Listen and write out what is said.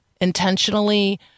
intentionally